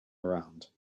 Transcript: around